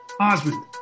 Osmond